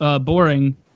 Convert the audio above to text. Boring